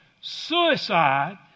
Suicide